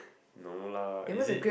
no lah is it